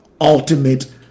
ultimate